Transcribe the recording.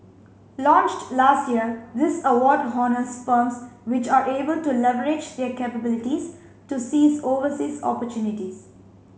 launched last year this award honours firms which are able to leverage their capabilities to seize overseas opportunities